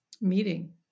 meeting